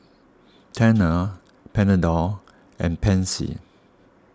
Tena Panadol and Pansy